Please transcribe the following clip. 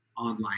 Online